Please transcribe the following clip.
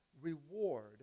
reward